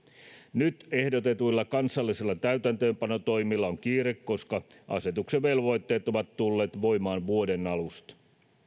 nyt ehdotetuilla kansallisilla täytäntöönpanotoimilla on kiire koska asetuksen velvoitteet ovat tulleet voimaan vuoden alusta